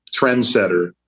trendsetter